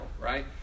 Right